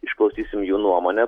išklausysim jų nuomonę